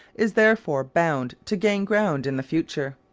is therefore bound to gain ground in the future.